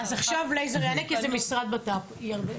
עכשיו אליעזר יענה כי זה המשרד לביטחון פנים.